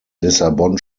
lissabon